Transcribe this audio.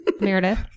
Meredith